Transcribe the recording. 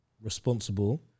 responsible